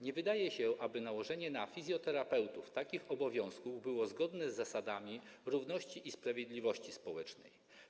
Nie wydaje się, aby nałożenie na fizjoterapeutów takich obowiązków było zgodne z zasadami równości i sprawiedliwości społecznej.